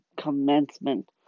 commencement